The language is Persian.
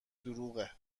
دروغه